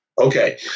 Okay